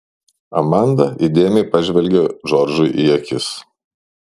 amanda įdėmiai pažvelgė džordžui į akis